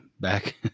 back